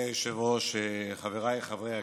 אדוני היושב-ראש, חבריי חברי הכנסת,